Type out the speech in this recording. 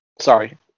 Sorry